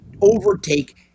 overtake